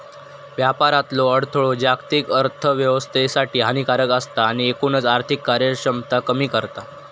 व्यापारातलो अडथळो जागतिक अर्थोव्यवस्थेसाठी हानिकारक असता आणि एकूणच आर्थिक कार्यक्षमता कमी करता